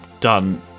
done